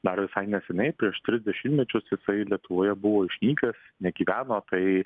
dar visai neseniai prieš tris dešimtmečius jisai lietuvoje buvo išnykęs negyveno tai